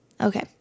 Okay